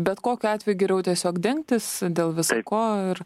bet kokiu atveju geriau tiesiog dengtis dėl visa ko ir